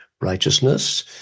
righteousness